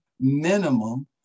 minimum